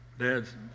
dads